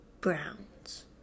Browns